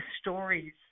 stories